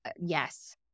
yes